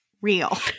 real